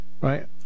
right